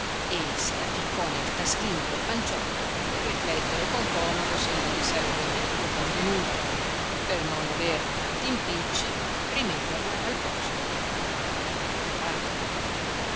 e se la ficcò nel taschino del panciotto per riflettere con comodo se non gli sarebbe meglio convenuto per non aver tanti impicci rimetterla al posto dove l'aveva trovata